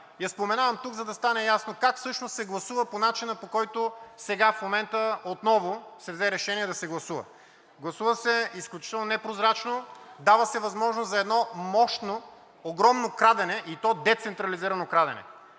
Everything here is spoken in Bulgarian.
я споменавам тук, за да стане ясно как всъщност се гласува по начина, по който сега в момента отново се взе решение да се гласува. Гласува се изключително непрозрачно. Дава се възможност за едно мощно, огромно крадене, и то децентрализирано крадене.